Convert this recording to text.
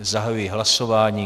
Zahajuji hlasování.